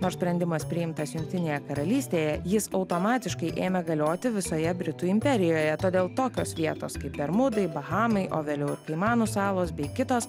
nors sprendimas priimtas jungtinėje karalystėje jis automatiškai ėmė galioti visoje britų imperijoje todėl tokios vietos kaip bermudai bahamai o vėliau ir kaimanų salos bei kitos